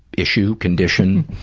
issue, condition?